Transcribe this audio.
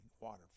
water